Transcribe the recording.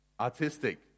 Artistic